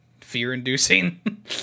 fear-inducing